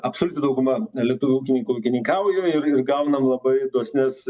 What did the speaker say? absoliuti dauguma lietuvių ūkininkų ūkininkauja ir ir gaunam labai dosnias